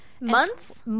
Months